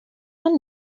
and